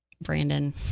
Brandon